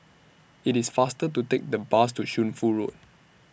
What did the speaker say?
IT IS faster to Take The Bus to Shunfu Road